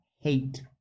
hate